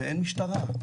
ואין משטרה.